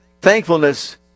thankfulness